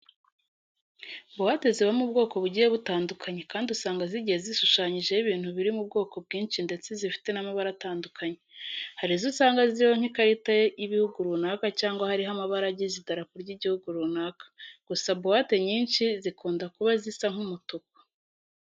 Buwate zibamo ubwoko bugiye butandukanye kandi usanga zigiye zishushanyijeho ibintu biri mu bwoko bwinshi ndetse zifite n'amabara atandukanye. Hari izo usanga ziriho nk'ikarita y'ibihugu runaka cyangwa hariho amabara agize idarapo ry'igihugu runaka. Gusa buwate nyinshi zikunda kuba zisa nk'umutuku.